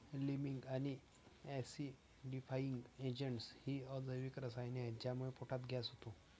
liming आणि acidifying agents ही अजैविक रसायने आहेत ज्यामुळे पोटात गॅस होतो